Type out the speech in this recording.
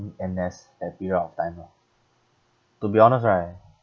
N_S that period of time lah to be honest right